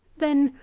then,